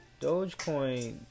Dogecoin